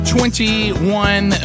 Twenty-one